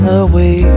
away